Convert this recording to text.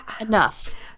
Enough